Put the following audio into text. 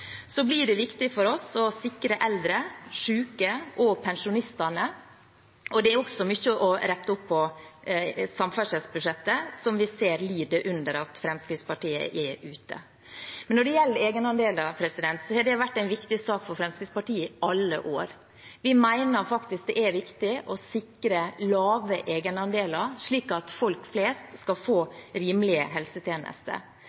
Så blir det viktig for oss å sikre eldre, syke og pensjonistene. Det er også mye å rette opp på samferdselsbudsjettet, som vi ser lider under at Fremskrittspartiet er ute. Men når det gjelder egenandeler, har det vært en viktig sak for Fremskrittspartiet i alle år. Vi mener faktisk det er viktig å sikre lave egenandeler, slik at folk flest skal